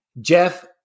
jeff